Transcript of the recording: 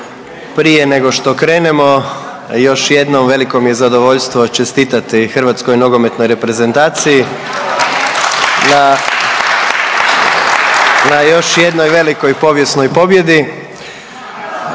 Prije nego što krenemo, još jednom, veliko mi je zadovoljstvo čestitati hrvatskoj nogometnoj reprezentaciji … /Pljesak./ … na još jednoj velikoj povijesnoj pobjedi,